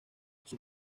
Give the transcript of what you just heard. sus